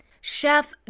Chef